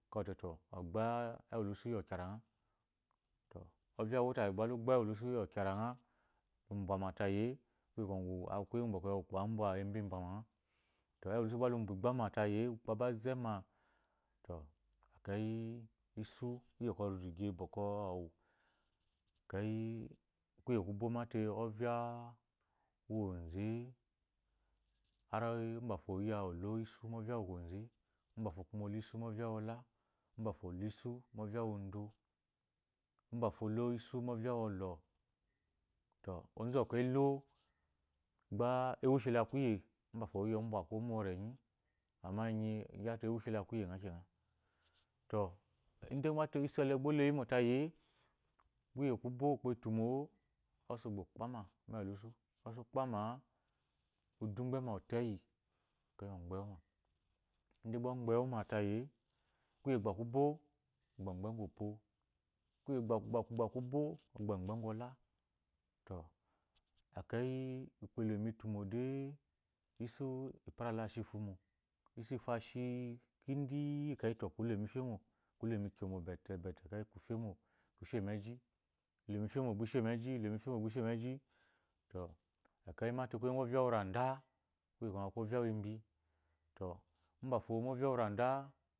Ogba ewulusu iyi okyara ngha to ovya uwuwo tayi gba lu gba ewulusu iyi okyarangha imbwama tayiy ye kuye kwɔgu uvpa ambwa enu embwamangha to ewulusu egba tayi e gba ukpo aba aba azema to ekeyi esu iyi bwɔkwɔ hu rige bwɔkwɔ ɔwu ekeyi kuye kubo mate ovya uwu kwoze har mafo oyi ye olu esu mu ovya uwu kwoze mbafo kuma olo esu mu ovya uwola mbafo olo esu mu ovya uwodo mbafo olo esie mu ovya uwodo mbafo olo esu mu ovya uwɔlo to onzu uwokɔ elo gba zwuce la kuye zya obwa ko mu uwurenyi amma enyi mate owuche la kuyengha kena to ide ngɔ mate esu ele gba oloyi tayie kuye kubo ukpo etumo-o oze ukpama mu ewulusu ose ukpama a udo igbema oto eyi eveyi ogbe uwu ma ide gba ogbewuma tayi-e kuyi kugba kubo ogbe agwu opo kuye kugba kugba kubo ogbe ugu ola to eveyi ukpo elemu etumo de esu ipara la ashi ifu mo esu ifu ashi kidi ekeyi to kule mu ifemo kulemu ekyomo bete bete ku fema kushe meji ilemu. ifemu ishe meji ilemu ifemo ishemeji to ekeyi mate mu ovya uwu randa kuye kwɔgu aku ovya uwu embi to mbsfo mu ovya uwu randa